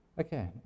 Okay